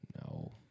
No